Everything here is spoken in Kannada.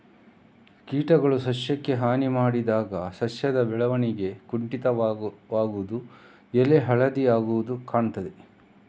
ಕೀಟಗಳು ಸಸ್ಯಕ್ಕೆ ಹಾನಿ ಮಾಡಿದಾಗ ಸಸ್ಯದ ಬೆಳವಣಿಗೆ ಕುಂಠಿತವಾಗುದು, ಎಲೆ ಹಳದಿ ಆಗುದು ಕಾಣ್ತದೆ